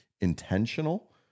intentional